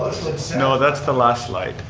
you know that's the last light,